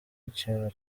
ikintu